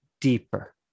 deeper